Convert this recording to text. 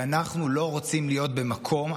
אנחנו לא רוצים להיות במקום,